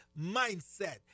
mindset